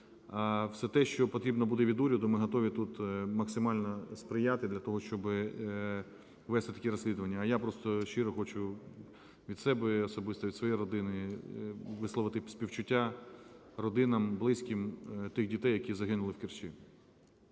Все те, що потрібно буде від уряду, ми готові тут максимально сприяти для того, щоб вести такі розслідування. А я просто щиро хочу від себе і особисто від своєї родини висловити співчуття родинам, близьким тих дітей, які загинули в Керчі.